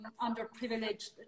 underprivileged